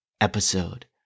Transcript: episode